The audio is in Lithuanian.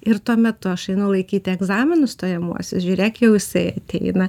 ir tuo metu aš einu laikyti egzaminus stojamuosius žiūrėk jau jisai ateina